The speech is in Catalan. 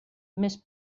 més